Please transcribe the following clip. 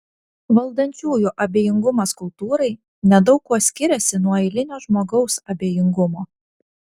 valdančiųjų abejingumas kultūrai nedaug kuo skiriasi nuo eilinio žmogaus abejingumo